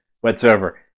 whatsoever